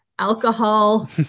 Alcohol